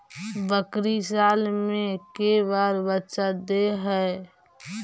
बकरी साल मे के बार बच्चा दे है?